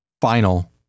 final